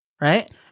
Right